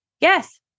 yes